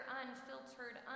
unfiltered